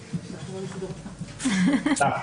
בבקשה.